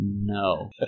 no